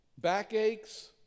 backaches